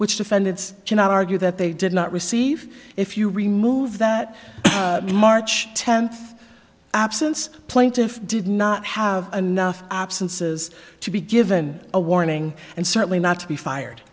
which defendants can argue that they did not receive if you remove that march tenth absence plaintiff did not have enough absences to be given a warning and certainly not to be fired